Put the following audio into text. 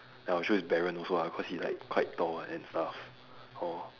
I would choose Baron also ah cause he like quite tall and is tough orh